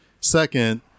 Second